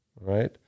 right